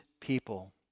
people